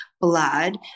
blood